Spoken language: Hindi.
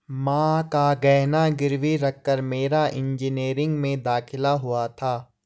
मां का गहना गिरवी रखकर मेरा इंजीनियरिंग में दाखिला हुआ था